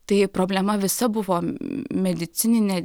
tai problema visa buvo medicininė